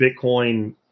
Bitcoin